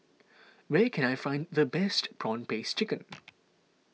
where can I find the best Prawn Paste Chicken